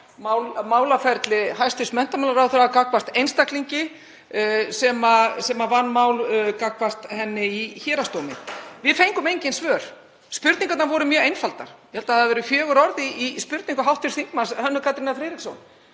málaferli hæstv. menntamálaráðherra gagnvart einstaklingi sem vann mál gegn henni í héraðsdómi. Við fengum engin svör. Spurningarnar voru mjög einfaldar, ég held að það hafi verið fjögur orð í spurningu hv. þm. Hönnu Katrínar Friðriksson.